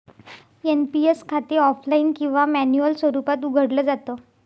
NPS खाते offline किंवा manual स्वरूपात उघडलं जात